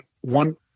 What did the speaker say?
one